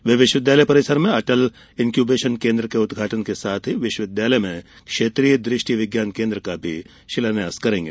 वे विश्वविद्यालय परिसर में अटल इनक्यूबेशन केंद्र का उद्घाटन के साथ ही विश्वविद्यालय में क्षेत्रीय दृष्टि विज्ञान केंद्र का शिलान्यास करेंगे